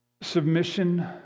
submission